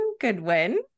Goodwin